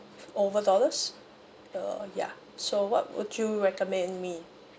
over dollars uh ya so what would you recommend me